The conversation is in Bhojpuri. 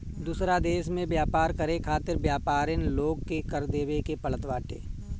दूसरा देस में व्यापार करे खातिर व्यापरिन लोग के कर देवे के पड़त बाटे